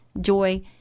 joy